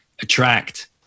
attract